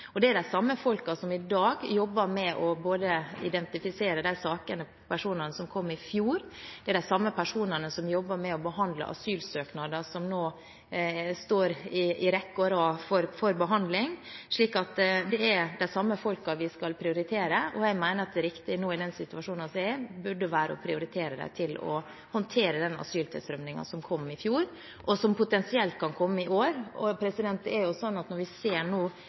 De som i dag jobber med å identifisere de personene som kom i fjor, er de samme som jobber med å behandle asylsøknader som nå står på rekke og rad for behandling. Så det er de samme folkene vi skal prioritere. Jeg mener at det riktige i den situasjonen vi nå er i, burde være å prioritere dem til å håndtere den asyltilstrømningen som vi hadde i fjor, og som vi potensielt kan få i år. Når vi nå ser tilstrømningen til Europa – fra Tyrkia til Hellas – er det stor grunn til å tro at